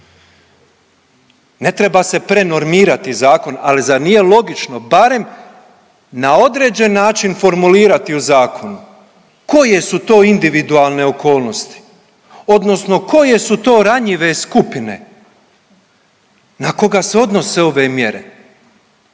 ne treba se prenormirati zakon, ali zar nije logično barem na određen način formulirati u zakonu koje su to individualne okolnosti odnosno koje su to ranjive skupine na koga se odnose ove mjere